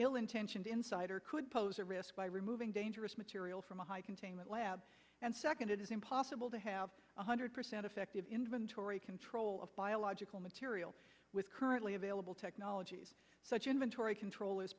ill intentioned insider could pose a risk by removing dangerous material from a high containment labs and second it is impossible to have one hundred percent effective inventory control of biological material with currently available technologies such inventory control